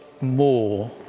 more